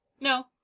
No